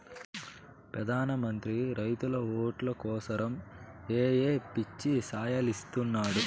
పెదాన మంత్రి రైతుల ఓట్లు కోసరమ్ ఏయో పిచ్చి సాయలిస్తున్నాడు